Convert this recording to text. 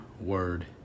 word